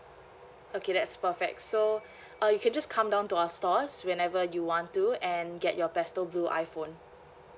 okay that's perfect so uh you can just come down to our stores whenever you want to and get your pastel blue iphone